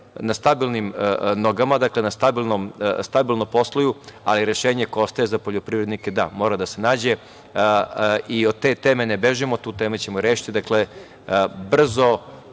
na stabilnim nogama, dakle stabilno posluju, ali rešenje koje ostaje za poljoprivrednike da, mora da se nađe i od te teme ne bežimo, tu temu ćemo rešiti, dakle, brzo